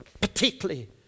particularly